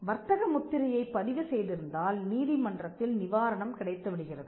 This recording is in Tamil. வர்த்தக முத்திரையைப் பதிவு செய்திருந்தால் நீதிமன்றத்தில் நிவாரணம் கிடைத்து விடுகிறது